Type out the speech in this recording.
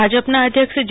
ભાજપના અધ્યક્ષ જે